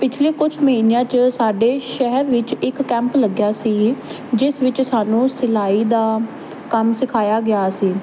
ਪਿਛਲੇ ਕੁਝ ਮਹੀਨਿਆਂ ਚ ਸਾਡੇ ਸ਼ਹਿਰ ਵਿੱਚ ਇੱਕ ਕੈਂਪ ਲੱਗਿਆ ਸੀ ਜਿਸ ਵਿੱਚ ਸਾਨੂੰ ਸਿਲਾਈ ਦਾ ਕੰਮ ਸਿਖਾਇਆ ਗਿਆ ਸੀ